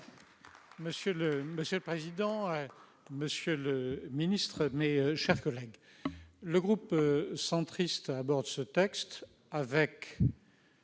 Monsieur le président, monsieur le ministre, mes chers collègues, les élus du groupe centriste abordent ce texte dans